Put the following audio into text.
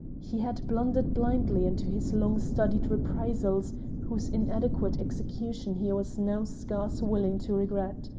he had blundered blindly into his long-studied reprisals whose inadequate execution he was now scarce willing to regret,